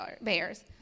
bears